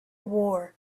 war